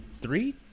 three